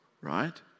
right